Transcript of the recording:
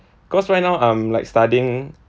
cause right now I'm like studying